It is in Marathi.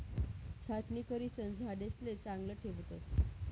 छाटणी करिसन झाडेसले चांगलं ठेवतस